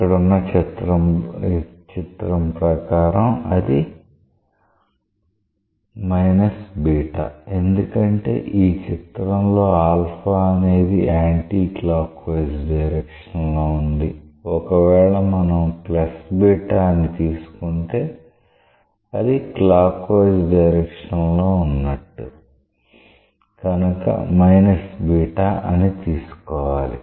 ఇక్కడున్న చిత్రం ప్రకారం అది ఎందుకంటే ఈ చిత్రంలో అనేది యాంటీ క్లాక్ వైజ్ డైరెక్షన్ ఉంది ఒకవేళ మనం అని తీసుకుంటే అది క్లాక్ వైజ్ డైరెక్షన్ లో ఉన్నట్టు కనుక అని తీసుకోవాలి